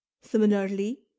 similarly